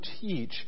teach